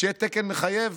שיהיה תקן מחייב?